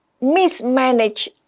mismanage